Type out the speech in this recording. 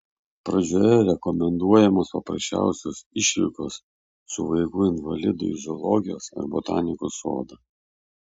pradžioje rekomenduojamos paprasčiausios išvykos su vaiku invalidu į zoologijos ar botanikos sodą